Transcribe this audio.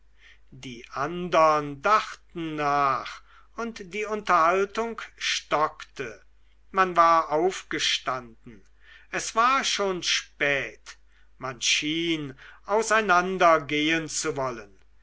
die andern dachten nach und die unterhaltung stockte man war aufgestanden es war schon spät man schien auseinandergehen zu wollen